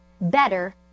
better